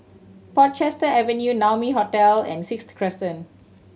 Portchester Avenue Naumi Hotel and Sixth Crescent